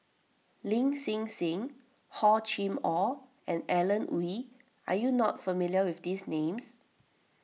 Lin Hsin Hsin Hor Chim or and Alan Oei Are you not familiar with these names